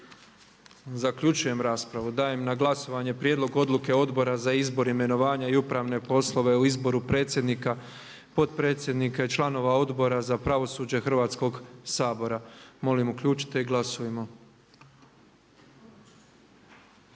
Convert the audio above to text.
Zaključujem raspravu. Dajem na glasovanje Prijedlog dluke Odbora za izbor, imenovanja i upravne poslove o izboru predsjednika, potpredsjednika i članova Odbora za pravosuđe Hrvatskoga sabora. Molim uključite. Glasujmo.